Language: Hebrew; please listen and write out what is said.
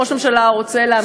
ראש הממשלה רוצה להמשיך להתנהל,